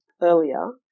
earlier